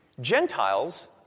Gentiles